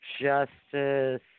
Justice